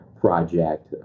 project